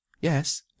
Yes